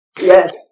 Yes